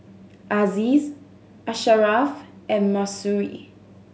Aziz Asharaff and Mahsuri